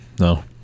No